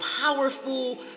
powerful